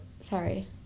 sorry